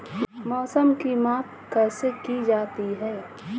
मौसम की माप कैसे की जाती है?